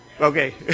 Okay